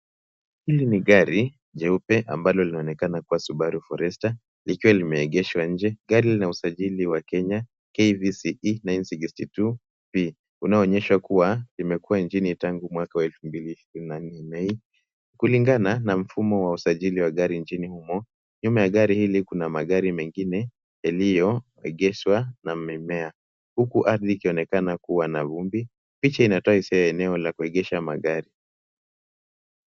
Hili ni gari jeupe ambalo linaonekana kuwa Subaru Forester likiwa limeegeshwa nje. Gari lina usajili wa Kenya KVCE 962P unaoonyesha kuwa limekuwa nchini tangu mwaka elfu mbili ishirini na nne , Mei, kulingana na mfumo wa usajili wa gari nchini humo. Nyuma ya gari hili kuna magari mengine yaliyoegeshwa na mimea, huku ardhi ikionekana kuwa na vumbi. Picha inatoa hisia ya eneo la kuegesha magari.